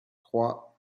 trois